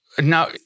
Now